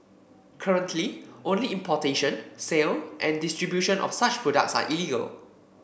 currently only importation sale and distribution of such products are illegal